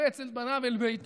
מקבץ את בניו אל ביתו.